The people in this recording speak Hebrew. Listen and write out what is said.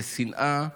שנאה,